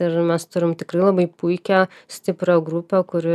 ir mes turim tikrai labai puikią stiprią grupę kuri